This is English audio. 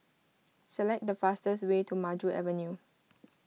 select the fastest way to Maju Avenue